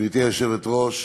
גברתי היושבת-ראש,